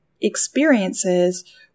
experiences